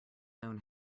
own